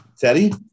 teddy